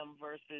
versus